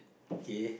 okay